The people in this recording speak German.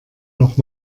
noch